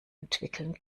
entwickeln